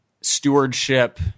stewardship